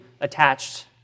attached